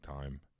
time